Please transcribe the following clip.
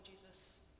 Jesus